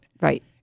Right